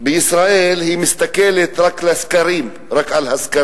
בישראל מסתכלת רק על הסקרים,